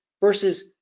versus